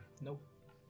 Nope